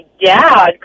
dad